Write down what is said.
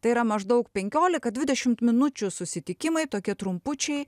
tai yra maždaug penkiolika dvidešimt minučių susitikimai tokie trumpučiai